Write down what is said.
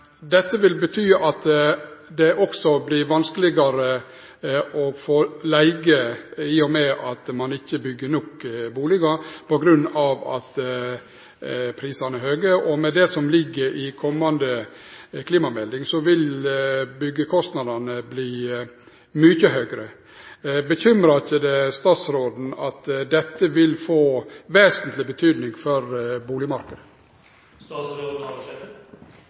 Dette vil bety at det også vert vanskelegare å få leige, i og med at ein ikkje byggjer nok bustader, på grunn av at prisane er høge. Med det som ligg i den komande klimameldinga, vil byggjekostnadene verte mykje høgare. Bekymrar det ikkje statsråden at dette vil få vesentleg betyding for